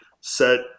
set